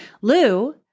Lou